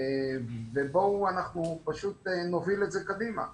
ובואו, אנחנו פשוט נוביל את זה קדימה.